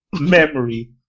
memory